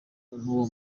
uwo